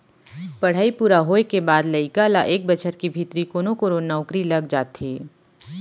पड़हई पूरा होए के बाद लइका ल एक बछर के भीतरी कोनो कोनो नउकरी लग जाथे